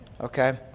Okay